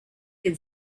can